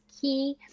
key